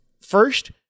First